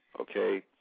Okay